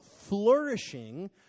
flourishing